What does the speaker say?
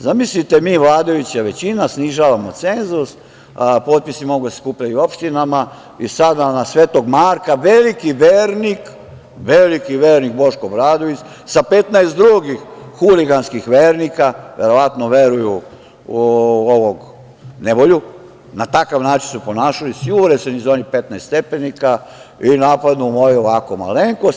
Zamislite mi vladajuća većina, snižavamo cenzus, potpisi mogu da se skupljaju i u opštinama i sada na Sv. Marka veliki vernik Boško Obradović sa 15 drugih huliganskih vernika, verovatno veruju u „nevolju“, na takav način su se ponašali, sjure se niz onih 15 stepenika i napadnu moju malenkost.